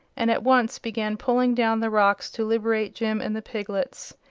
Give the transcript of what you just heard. and at once began pulling down the rocks to liberate jim and the piglets.